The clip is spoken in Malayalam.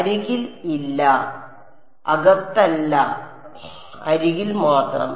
അരികിൽ ഇല്ല അകത്തല്ല അരികിൽ മാത്രം